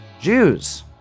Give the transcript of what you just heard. Jews